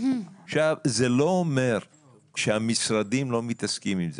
זה לא אומר שהמשרדים לא מתעסקים עם זה.